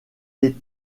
les